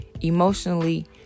emotionally